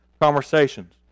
conversations